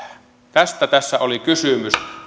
tästä tässä oli kysymys